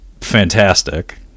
fantastic